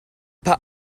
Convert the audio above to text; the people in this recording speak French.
pas